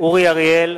אורי אריאל,